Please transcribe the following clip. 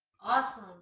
awesome